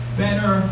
better